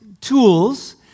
tools